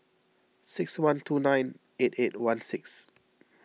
six one two nine eight eight one six